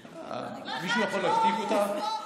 הוקוס-פוקוס.